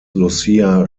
lucia